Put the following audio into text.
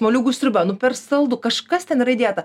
moliūgų sriuba nu per saldu kažkas ten yra įdėta